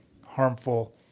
harmful